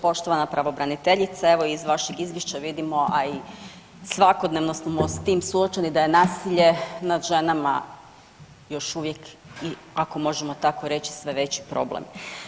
Poštovana pravobraniteljice, evo iz vašeg izvješća vidimo, a i svakodnevno smo s tim suočeni da je nasilje nad ženama još uvijek i ako možemo tako reći sve veći problem.